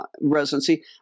residency